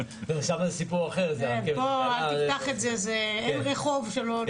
אל תפתח את זה, אין רחוב שאין בו עבודה.